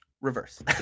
reverse